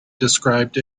described